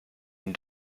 ihn